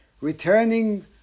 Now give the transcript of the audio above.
Returning